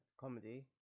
comedy